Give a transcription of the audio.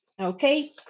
okay